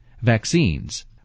Vaccines